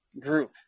group